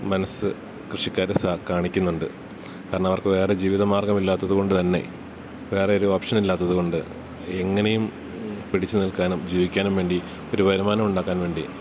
മനസ്സ് കൃഷിക്കാര് കാണിക്കുന്നുണ്ട് കാരണം അവർക്കു വേറെ ജീവിത മാർഗ്ഗമില്ലാത്തതുകൊണ്ടുതന്നെ വേറെ ഒരോപ്ഷനില്ലാത്തതുകൊണ്ട് എങ്ങനെയും പിടിച്ചുനിൽക്കാനും ജീവിക്കാനും വേണ്ടി ഒരു വരുമാനവുണ്ടാക്കാൻ വേണ്ടി